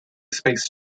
spaced